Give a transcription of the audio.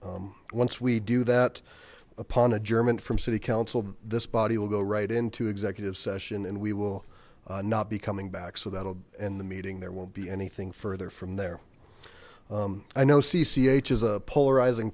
once we do that upon adjournment from city council this body will go right into executive session and we will not be coming back so that'll end the meeting there won't be anything further from there i know cch is a polarizing